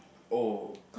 oh